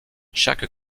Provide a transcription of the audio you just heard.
chaque